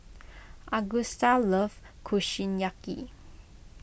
Agusta loves Kushiyaki